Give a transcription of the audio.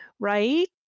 Right